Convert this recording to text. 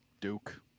Duke